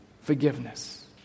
forgiveness